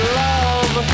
love